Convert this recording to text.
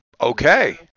Okay